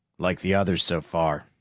like the others so far.